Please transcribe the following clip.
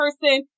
person